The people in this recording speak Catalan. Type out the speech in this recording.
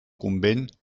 convent